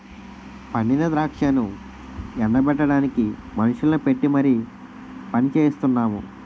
పండిన ద్రాక్షను ఎండ బెట్టడానికి మనుషుల్ని పెట్టీ మరి పనిచెయిస్తున్నాము